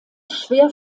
schwer